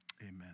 Amen